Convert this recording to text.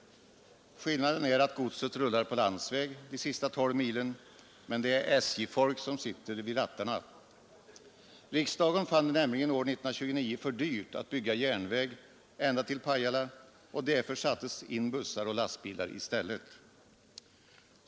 Skillnaden är att godset rullar på landsväg de sista tolv milen, men det är SJ-folk som sitter vid rattarna. Riksdagen fann det nämligen år 1929 för dyrt att bygga järnväg ända till Pajala, och därför sattes det in bussar och lastbilar i stället.